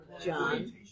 John